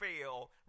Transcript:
fail